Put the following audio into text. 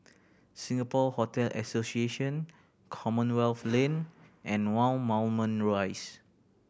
Singapore Hotel Association Commonwealth Lane and One Moulmein Rise